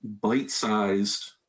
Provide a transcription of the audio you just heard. Bite-sized